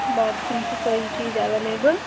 باقٕے چھِ سٲری چیٖز ایویلیبٕل